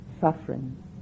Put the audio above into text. suffering